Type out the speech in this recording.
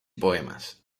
poemas